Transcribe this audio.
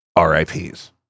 RIPs